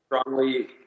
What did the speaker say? strongly